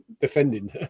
defending